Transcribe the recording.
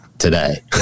today